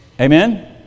Amen